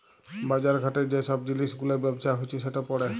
বাজার ঘাটে যে ছব জিলিস গুলার ব্যবসা হছে সেট পড়ে